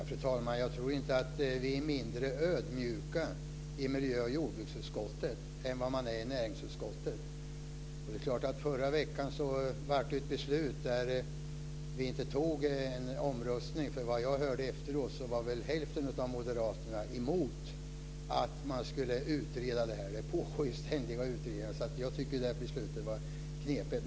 Fru talman! Jag tror inte att vi är mindre ödmjuka i miljö och jordbruksutskottet än vad man är i näringsutskottet. Det är klart att det var ett beslut förra veckan där vi inte hade en omröstning. Enligt vad jag hörde efteråt var väl hälften av moderaterna emot att man skulle utreda det här. Det pågår ju ständiga utredningar, så jag tycker att det här beslutet var knepigt.